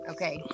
Okay